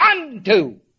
unto